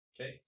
okay